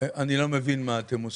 אני לא מבין מה אתם עושים.